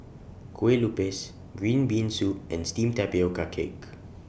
Kue Lupis Green Bean Soup and Steamed Tapioca Cake